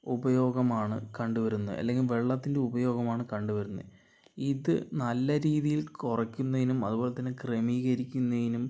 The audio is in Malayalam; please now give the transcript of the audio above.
ഉപയോഗമാണ് കണ്ട് വരുന്നത് അല്ലെങ്കിൽ വെള്ളത്തിൻ്റെ ഉപയോഗമാണ് കണ്ടുവരുന്നത്ത് ഇത് നല്ല രീതിയിൽ കുറയ്ക്കുന്നതിനും അതുപോലെ തന്നെ ക്രമീകരിയ്ക്കുന്നതിനും